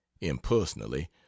impersonally